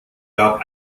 gab